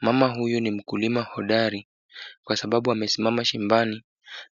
Mama huyu ni mkulima hodari, kwa sababu amesimama shambani